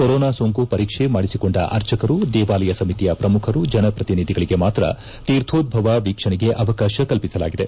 corona ಸೋಂಕು ಪರೀಕ್ಷೆ ಮಾಡಿಸಿಕೊಂಡ ಅರ್ಚಕರು ದೇವಾಲಯ ಸಮಿತಿಯ ಪ್ರಮುಖರು ಜನಪ್ರತಿನಿಧಿಗಳಿಗೆ ಮಾತ್ರ ತೀರ್ಥೋದ್ವವ ವೀಕ್ಷಣೆಗೆ ಅವಕಾಶ ಕಲ್ವಿಸಲಾಗಿದೆ